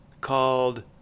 called